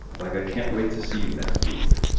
like, i can't wait to see you next week.